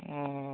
ᱚᱦᱚ